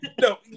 no